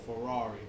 Ferrari